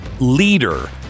leader